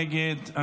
עשרה בעד, אחד נגד.